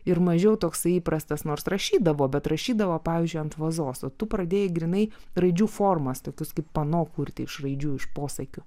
ir mažiau toksai įprastas nors rašydavo bet rašydavo pavyzdžiui ant vazos o tu pradėjai grynai raidžių formas tokius kaip pano kurti iš raidžių iš posakių